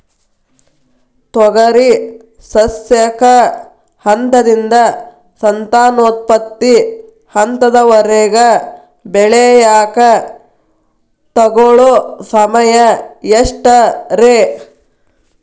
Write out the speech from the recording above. ತೊಗರಿ ಸಸ್ಯಕ ಹಂತದಿಂದ, ಸಂತಾನೋತ್ಪತ್ತಿ ಹಂತದವರೆಗ ಬೆಳೆಯಾಕ ತಗೊಳ್ಳೋ ಸಮಯ ಎಷ್ಟರೇ?